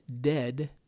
dead